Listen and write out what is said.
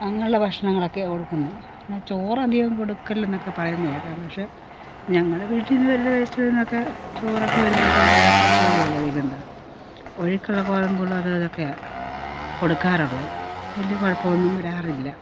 അങ്ങനെയുള്ള ഭക്ഷണങ്ങളൊക്കെ കൊടുക്കുന്നത് ചോറ് അധികം കൊടുക്കല്ല എന്നൊക്കെ പറയുന്നത് കേൾക്കാം പക്ഷേ ഞങ്ങള വീട്ടിൽനിന്ന് വരുന്ന വേസ്റ്റ് വരുന്നതൊക്കെ ചോറൊക്കെ വരുമ്പഴത്തേക്കും അതൊക്കെ കോഴിയൊക്കെ തിന്നുന്നത് കോഴിക്കുള്ള ഗോതമ്പുകളും അതും ഇതും ഒക്കെയാ കൊടുക്കാറുള്ളത് വലിയ കുഴപ്പം ഒന്നും വരാറില്ല